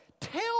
tell